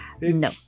No